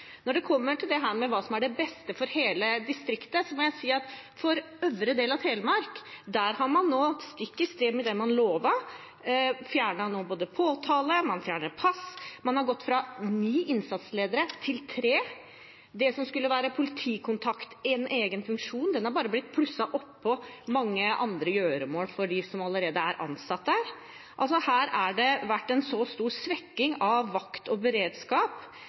Når det kommer til hva som er best for hele distriktet, må jeg si at i øvre del av Telemark har man nå, stikk i strid med det man lovte, fjernet både påtaleenhet og utstedelse av pass, og man har gått fra ni til tre innsatsledere. Det som skulle være politikontakt i en egen funksjon, er bare plusset på mange andre gjøremål for dem som allerede er ansatt der. Her har det altså vært en stor svekkelse av vakt og beredskap.